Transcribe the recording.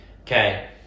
Okay